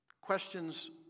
questions